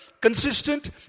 consistent